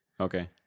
Okay